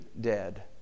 dead